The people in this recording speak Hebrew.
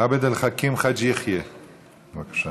עבד אל חכים חאג' יחיא, בבקשה.